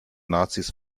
nazis